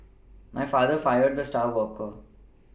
my father fired the star worker